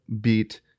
beat